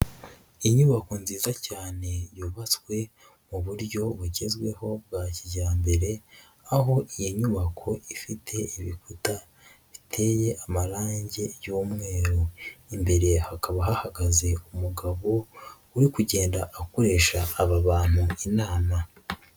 Inyubako nziza cyane yubatswe mu buryo bugezweho bwa kijyambere aho iyi nyubako ifite ibikuta biteye amarange y'umweru, imbere hakaba hahagaze umugabo uri kugenda akoresha aba bantu inama.